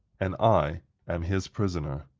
and i am his prisoner.